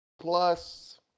Plus